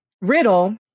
Riddle